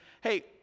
hey